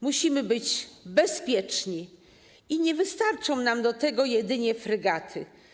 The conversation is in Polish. Musimy być bezpieczni i nie wystarczą nam do tego jedynie fregaty.